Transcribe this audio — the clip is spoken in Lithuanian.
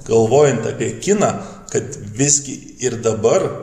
galvojant apie kiną kad visgi ir dabar